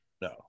No